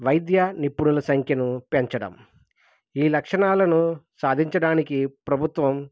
వైద్య నిపుణుల సంఖ్యను పెంచడం ఈ లక్షణాలను సాధించడానికి ప్రభుత్వం